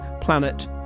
Planet